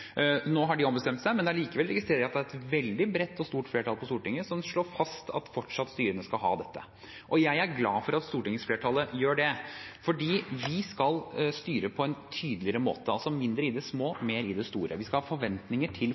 Nå har de ombestemt seg. Likevel registrerer jeg at det er et veldig bredt og stort flertall på Stortinget som slår fast at styrene fortsatt skal ha dette, og jeg er glad for at stortingsflertallet gjør det, fordi vi skal styre på en tydeligere måte, altså mindre i det små, mer i det store. Vi skal ha forventninger til